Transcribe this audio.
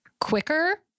quicker